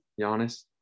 Giannis